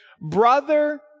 brother